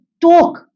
talk